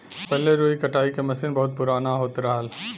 पहिले रुई कटाई के मसीन बहुत पुराना होत रहल